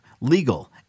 legal